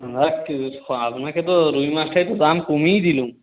আর কী আপনাকে তো রুই মাছটায় তো দাম কমিয়েই দিলাম